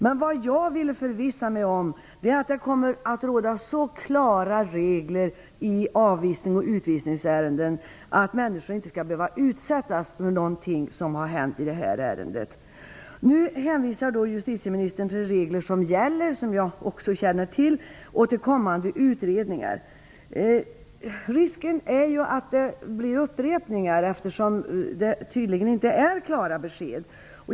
Men vad jag ville förvissa mig om var att det skall råda så klara regler i avvisnings och utvisningsärenden att människor inte skall behöva utsättas för det som har skett i det här ärendet. Nu hänvisar justitieministern till de regler som gäller och som jag också känner till och till kommande utredningar. Risken är ju att det blir upprepningar, eftersom beskeden inte är klara.